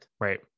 Right